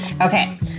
Okay